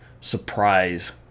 surprise